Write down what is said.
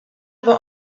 war